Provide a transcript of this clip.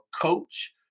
coach